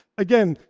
again,